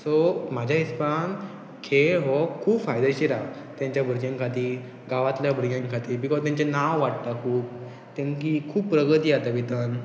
so म्हाज्या हिसपान खेळ हो खूब फायदेशीर आहा तांच्या भुरग्यां खातीर गांवातल्या भुरग्यां खातीर बिकॉज तेंचें नांव वाडटा खूब तेंक खूब प्रगती जाता भितन